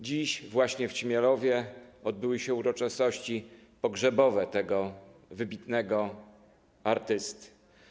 Dziś właśnie w Ćmielowie odbyły się uroczystości pogrzebowe tego wybitnego artysty.